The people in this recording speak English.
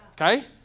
Okay